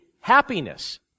happiness